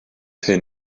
hyn